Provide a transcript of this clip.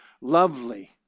lovely